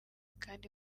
kandi